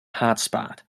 hotspot